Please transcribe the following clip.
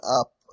up